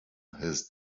his